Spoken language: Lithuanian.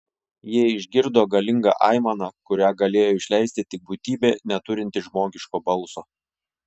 jie išgirdo galingą aimaną kurią galėjo išleisti tik būtybė neturinti žmogiško balso